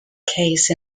case